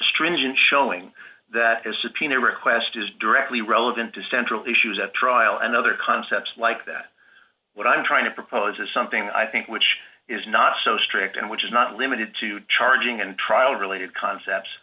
stringent showing that is subpoena request is directly relevant to central issues at trial and other concepts like that what i'm trying to propose is something i think which is not so strict and which is not limited to charging and trial related concepts